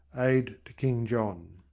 aid to king john.